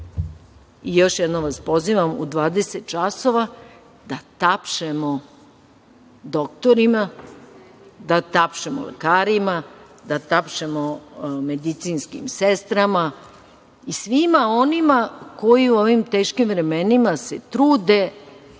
sebe. Još jednom vas pozivam da u 20.00 časova tapšemo doktorima, da tapšemo lekarima, da tapšemo medicinskim sestrama i svima onima koji u ovim teškim vremenima se trude